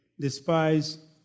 Despise